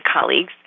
colleagues